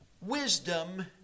wisdom